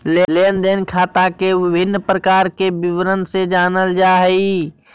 लेन देन खाता के विभिन्न प्रकार के विवरण से जानल जाय हइ